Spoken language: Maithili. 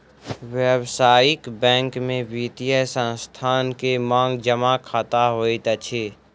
व्यावसायिक बैंक में वित्तीय संस्थान के मांग जमा खता होइत अछि